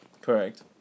Correct